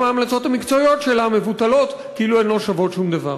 ההמלצות המקצועיות שלה מבוטלות כאילו הן לא שוות שום דבר.